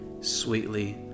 sweetly